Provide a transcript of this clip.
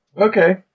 Okay